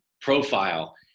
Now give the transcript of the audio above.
profile